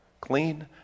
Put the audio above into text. clean